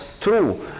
true